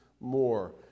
more